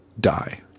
die